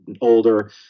older